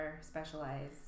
specialize